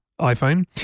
iPhone